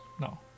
No